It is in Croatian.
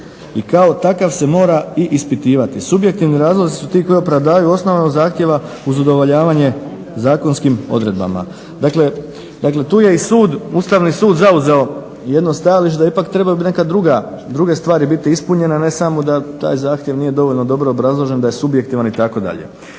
i kao takav se mora i ispitivati. Subjektivni razlozi su ti koji opravdavaju osnovanost zahtjeva uz udovoljavanje zakonskim odredbama. Dakle, tu je i sud, Ustavni sud zauzeo jedno stajalište da ipak trebaju biti neka druga, druge stvari biti ispunjene, a ne samo da taj zahtjev nije dovoljno dobro obrazložen, da je subjektivan itd.